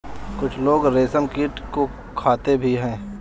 कुछ लोग रेशमकीट को खाते भी हैं